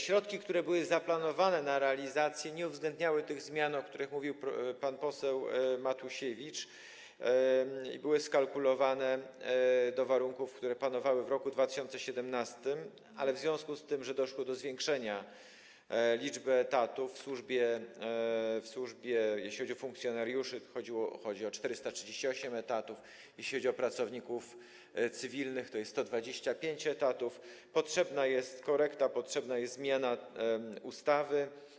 Środki, które były zaplanowane na realizację tego, nie uwzględniały tych zmian, o których mówił pan poseł Matusiewicz, i były skalkulowane stosownie do warunków, które panowały w roku 2017, ale w związku z tym, że doszło do zwiększenia liczby etatów w służbie - jeżeli chodzi o funkcjonariuszy, to tu chodzi o 438 etatów, jeśli chodzi o pracowników cywilnych, to jest to 125 etatów - potrzebna jest korekta, potrzebna jest zmiana ustawy.